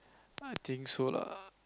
I think so lah